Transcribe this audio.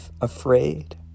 afraid